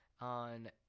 on